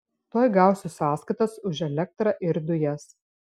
tuoj gausiu sąskaitas už elektrą ir dujas